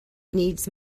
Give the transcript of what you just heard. needs